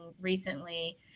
recently